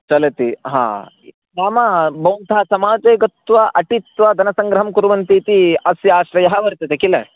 चलति हा मम भवन्तः समाजे गत्वा अटित्वा धनसङ्ग्रहं कुर्वन्ति इति अस्य आश्रयः वर्तते खिल